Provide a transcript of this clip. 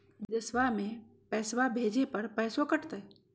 बिदेशवा मे पैसवा भेजे पर पैसों कट तय?